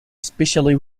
especially